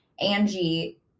Angie